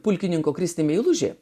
pulkininko kristi meilužė